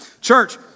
Church